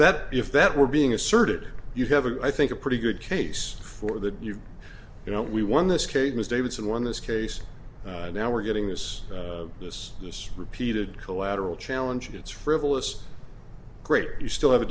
that if that were being asserted you have an i think a pretty good case for the you know we won this case ms davidson won this case and now we're getting this this is repeated collateral challenge it's frivolous greater you still have a